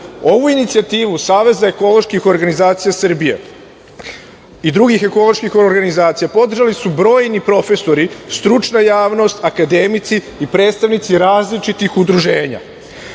Ovu inicijativu Saveza ekoloških organizacija Srbije i drugih ekoloških organizacija podržali su brojni profesori, stručna javnost, akademici i predstavnici različitih udruženja.